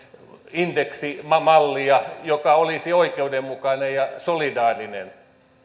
indeksimallia joka olisi oikeudenmukainen ja solidaarinen